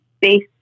based